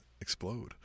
explode